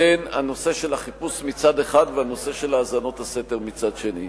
בין הנושא של החיפוש מצד אחד והנושא של האזנות הסתר מצד שני.